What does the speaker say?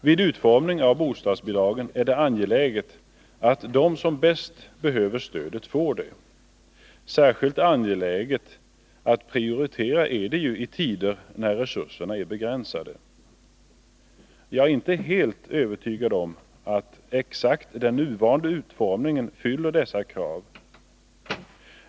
Vid utformning av bostadsbidragen är det angeläget att de som bäst behöver stödet får det. Särskilt angeläget att prioritera är det i tider när resurserna är begränsade. Jag är inte helt övertygad om att exakt den nuvarande utformningen fyller dessa krav.